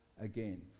again